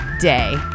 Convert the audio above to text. day